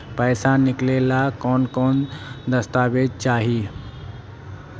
पैसा निकले ला कौन कौन दस्तावेज चाहिए?